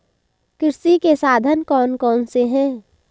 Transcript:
कृषि के साधन कौन कौन से हैं?